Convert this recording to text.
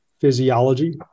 physiology